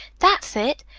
that's it!